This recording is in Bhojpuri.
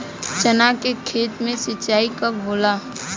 चना के खेत मे सिंचाई कब होला?